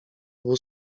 obu